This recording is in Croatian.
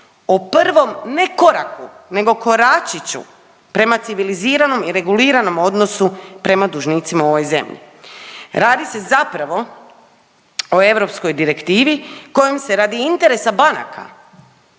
o prvom ne koraku nego koračiću prema civiliziranom i reguliranom odnosu prema dužnicima u ovoj zemlji. Radi se zapravo o europskoj direktivi kojom se radi interesa banaka